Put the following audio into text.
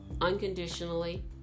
unconditionally